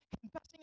Confessing